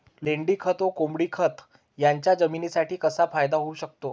लेंडीखत व कोंबडीखत याचा जमिनीसाठी कसा फायदा होऊ शकतो?